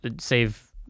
save